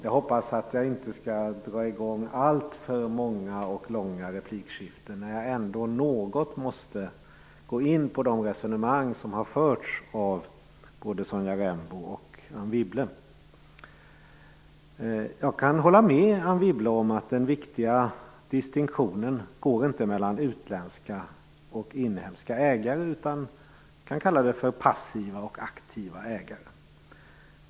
Jag hoppas att jag inte skall dra i gång alltför många och långa replikskiften, när jag ändå något måste gå in på de resonemang som har förts av både Sonja Rembo och Anne Wibble. Jag kan hålla med Anne Wibble om att den viktiga distinktionen inte går mellan utländska och inhemska ägare utan mellan vad vi kan kalla passiva respektive aktiva ägare.